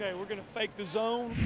we're going to fake the zone,